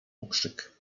okrzyk